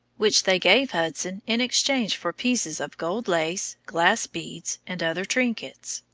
which they gave hudson in exchange for pieces of gold lace, glass beads, and other trinkets.